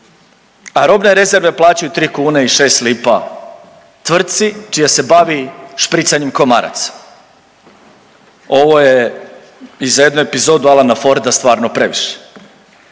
a robne rezerve plaćaju 3 kune i šest lipa tvrtci čija se bavi špricanjem komaraca. Ovo je i za jednu epizodu Alana Forda stvarno previše.